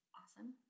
awesome